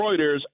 Reuters